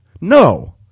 No